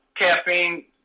caffeine